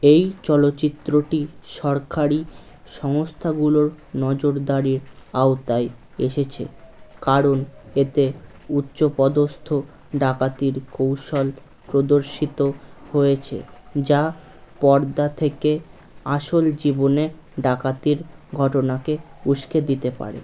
এই চলচ্চিত্রটি সরকারি সংস্থাগুলোর নজরদারির আওতায় এসেছে কারণ এতে উচ্চপদস্থ ডাকাতির কৌশল প্রদর্শিত হয়েছে যা পর্দা থেকে আসল জীবনে ডাকাতির ঘটনাকে উস্কে দিতে পারে